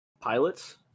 Pilots